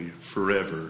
forever